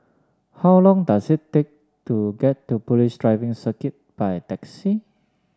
how long does it take to get to Police Driving Circuit by taxi